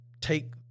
take